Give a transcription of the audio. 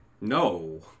No